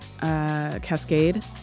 Cascade